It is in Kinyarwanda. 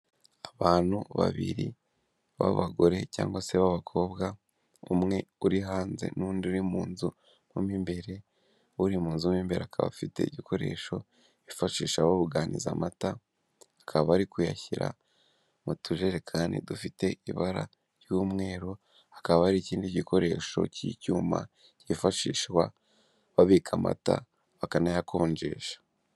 Abantu babiri b'abagore cyangwa se b'abakobwa umwe uri hanze n'undi uri mu nzu mo imbere, uri mu nzu mo imbere akaba afite igikoresho ifashisha abonganiza amata, bakaba ari kuyashyira mu turerekani dufite ibara ry'umweru, hakaba hari ikindi gikoresho cy'icyuma cyifashishwa babika amata bakanayakonjesha.